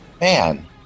man